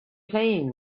playing